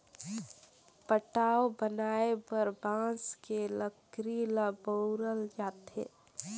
पटाव बनाये बर बांस के लकरी ल बउरल जाथे